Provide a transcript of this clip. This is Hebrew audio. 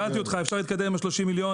שאלתי אותך אפשר להתקדם עם ה-30 מיליון,